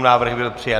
Návrh byl přijat.